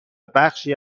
بخشی